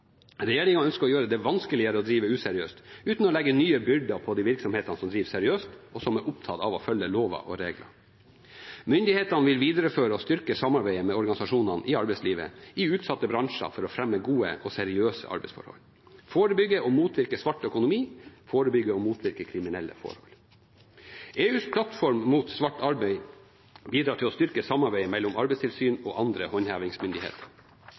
ønsker å gjøre det vanskeligere å drive useriøst, uten å legge nye byrder på de virksomhetene som driver seriøst, og som er opptatt av å følge lover og regler. Myndighetene vil videreføre og styrke samarbeidet med organisasjonene i arbeidslivet i utsatte bransjer for å fremme gode og seriøse arbeidsforhold og forebygge og motvirke svart økonomi og kriminelle forhold. EUs plattform mot svart arbeid bidrar til å styrke samarbeidet mellom arbeidstilsyn og andre håndhevingsmyndigheter.